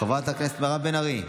חברת הכנסת מירב בן ארי,